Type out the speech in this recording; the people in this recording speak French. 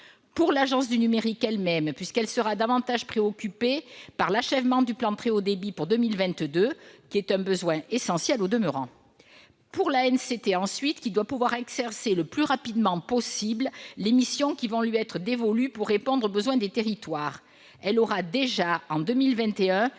pour cette agence elle-même, puisqu'elle sera davantage préoccupée par l'achèvement du plan France très haut débit pour 2022- il répond à un besoin essentiel, au demeurant -; pour l'ANCT ensuite, qui doit pouvoir exercer le plus rapidement possible les missions qui vont lui être dévolues pour répondre aux besoins des territoires. Or elle aura déjà, en 2021,